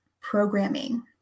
programming